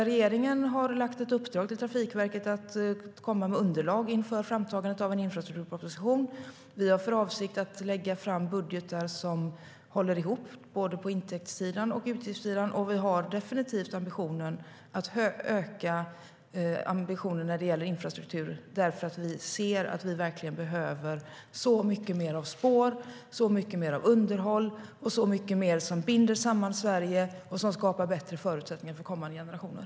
Regeringen har gett Trafikverket i uppdrag att komma med underlag inför framtagandet av en infrastrukturproposition. Vi har för avsikt att lägga fram budgetar som håller ihop både på intäktssidan och på utgiftssidan. Vi vill definitivt höja ambitionen när det gäller infrastruktur eftersom vi ser att det behövs mycket mer spår, mycket mer underhåll och mycket mer som binder samman Sverige och som skapar bättre förutsättningar för kommande generationer.